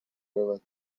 رود